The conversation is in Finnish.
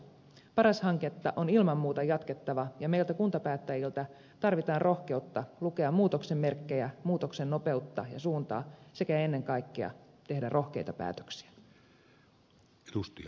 paras hanketta on ilman muuta jatkettava ja meiltä kuntapäättäjiltä edellytetään rohkeutta lukea muutoksen merkkejä muutoksen nopeutta ja suuntaa sekä ennen kaikkea tehdä rohkeita päätöksiä